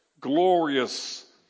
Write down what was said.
glorious